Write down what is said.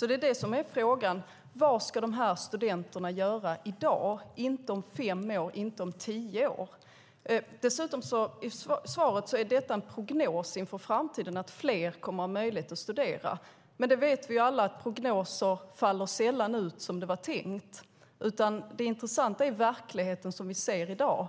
Det är det som är frågan: Vad ska de här studenterna göra i dag, inte om fem år, inte om tio år? I svaret är det dessutom en prognos inför framtiden att fler kommer att ha möjlighet att studera. Men det vet vi alla att prognoser sällan faller ut som det var tänkt. Det intressanta är den verklighet som vi ser i dag.